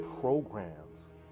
programs